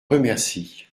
remercie